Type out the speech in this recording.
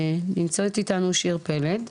נמצאת איתנו שיר פלד.